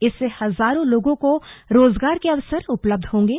इससे हजारों लोगों को रोजगार के ै अवसर उपलब्ध होंगे